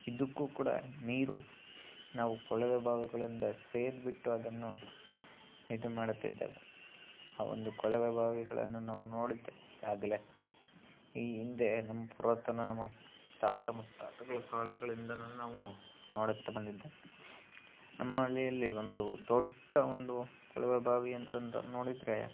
ಇದಕ್ಕೂ ಕೂಡ ನೀರು ನಾವು ಕೊಳವೆ ಬಾವಿಗಳಿಂದ ಸೇದಿಬಿಟ್ಟು ಅದನ್ನು ಇದು ಮಾಡುತ್ತಿದ್ದೆವು ಆ ಒಂದು ಕೊಳವೆ ಬಾವಿಗಳನ್ನು ನಾವು ನೋಡಿದ್ದೆ ಆಗಲೇ ಈ ಹಿಂದೆ ನಮ್ಮ ಪುರಾತನ ನಮ್ಮ ತಾತ ಮುತ್ತಾತಗಳ ಕಾಲಗಳಿಂದನು ನಾವು ಮಾಡುತ್ತಾ ಬಂದಿದ್ದೆ ನಮ್ಮ ಹಳ್ಳಿಯಲ್ಲಿ ಒಂದು ದೊಡ್ಡ ಒಂದು ಕೊಳವೆ ಬಾವಿ ಅಂತಂತ ನೋಡಿದರೆ